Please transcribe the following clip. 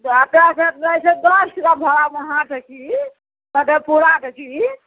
तऽ अकरासँ लै छै दस टाका भाड़ा वहाँ सए की मधेपुराके कि